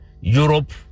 Europe